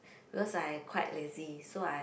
because I quite lazy so I